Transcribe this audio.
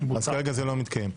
אז כרגע זה לא מתקיים.